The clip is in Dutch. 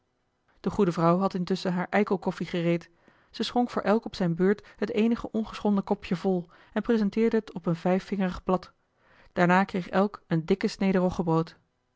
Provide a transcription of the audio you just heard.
de goede vrouw had intusschen haar eikelkoffie gereed ze schonk voor elk op zijne beurt het eenige ongeschonden kopje vol en presenteerde het op een vijfvingerig blad daarna kreeg elk eene dikke snede roggebrood